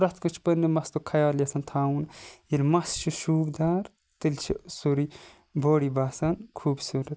پرٮ۪تھ کانٛہہ چھُ پَننہِ مَستُک خَیال یَژھان تھاوُن ییٚلہِ مَس چھُ شوٗب دار تیٚلہِ چھُ سوروے باڈی باسان خوٗبصورَت